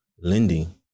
lending